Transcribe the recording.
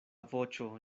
voĉo